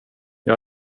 jag